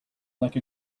like